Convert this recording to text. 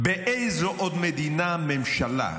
באיזו עוד מדינה ממשלה,